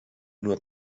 nur